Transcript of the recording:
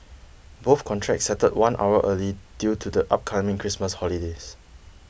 both contracts settled one hour early due to the upcoming Christmas holiday